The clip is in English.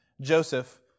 Joseph